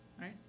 right